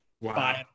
Wow